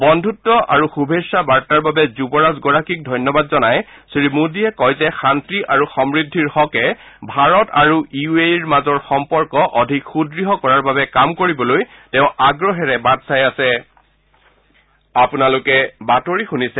বন্ধুত্ব আৰু শুভেছা বাৰ্তাৰ বাবে যুৱৰাজগৰাকীক ধন্যবাদ জনাই শ্ৰীমোদীয়ে কয় যে শান্তি আৰু সমূদ্ধিৰ হ'কে ভাৰত আৰু ইউ এ ইৰ মাজৰ সম্পৰ্ক অধিক সূদৃঢ় কৰাৰ বাবে কাম কৰিবলৈ তেওঁ আগ্ৰহেৰে বাট চাই আছে